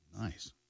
Nice